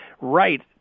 Right